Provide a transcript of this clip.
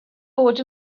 bod